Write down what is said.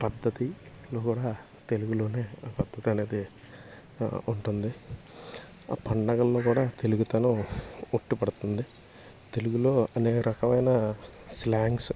పద్ధతిలో కూడా తెలుగులోనే ఆ పద్ధతి అనేది ఉంటుంది ఆ పండగల్లో కూడా తెలుగుతనం ఉట్టి పడుతుంది తెలుగులో అనేక రకమైన స్లాంగ్స్